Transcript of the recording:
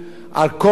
אדוני היושב-ראש,